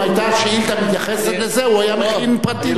אם השאילתא היתה מתייחסת לזה הוא היה מכין פרטים.